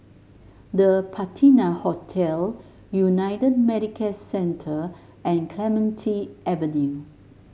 The Patina Hotel United Medicare Centre and Clementi Avenue